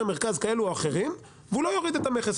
מרכז כאלה או אחרים והוא לא יוריד את המכס,